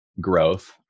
growth